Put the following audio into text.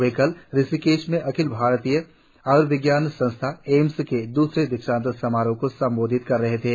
वे कल ऋषिकेश में अखिल भारतीय आय्र्विज्ञान संस्थान एम्स के द्सरे दीक्षांत समारोह को संबोधित कर रहे थे